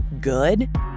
good